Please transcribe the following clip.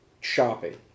Shopping